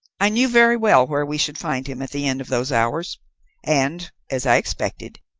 i knew very well where we should find him at the end of those hours and, as i expected,